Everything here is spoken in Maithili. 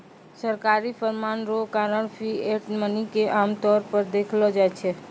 सरकारी फरमान रो कारण फिएट मनी के आमतौर पर देखलो जाय छै